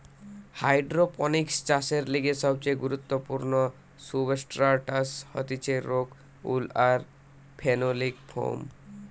hydroponics চাষের লিগে সবচেয়ে গুরুত্বপূর্ণ সুবস্ট্রাটাস হতিছে রোক উল আর ফেনোলিক ফোম